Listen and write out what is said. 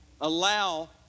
allow